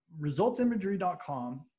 resultsimagery.com